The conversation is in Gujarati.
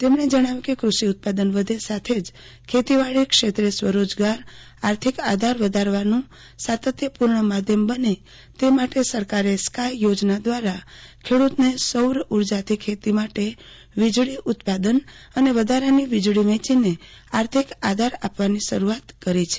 તેમણે જણાવ્યું કે ક્રૂષિ ઉત્પાદન વધે સાથે જ ખેતીવાડી ક્ષેત્રે સ્વરોજગાર આર્થિક આધાર વધારવાનું સાતત્યપૂર્ણ માધ્યમ બને તે માટે સરકારે સ્કાય યોજના દ્વારા ખેડ્રતને સૌર ઉર્જાથી ખેતી માટે વીજળી ઉત્પાદન અને વધારાની વીજળી વેચીને આર્થિક આધાર આપવાની શરૂઆત કરી છે